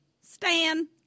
Stan